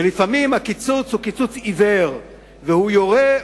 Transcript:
ולפעמים הקיצוץ הוא קיצוץ עיוור והוא יורה,